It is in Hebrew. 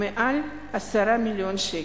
מעל 10 מיליון שקל.